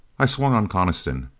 i swung on coniston.